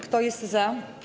Kto jest za?